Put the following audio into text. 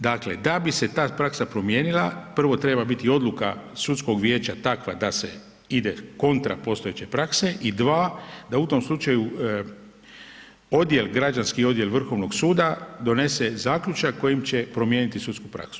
Dakle, da bi se ta praksa promijenila, prvo treba biti odluka sudskog vijeća takva da se ide kontra postojeće prakse i dva da u tom slučaju odjel, građanski odjel Vrhovnog suda donese zaključak kojim će promijeniti sudsku praksu.